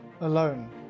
alone